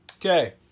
Okay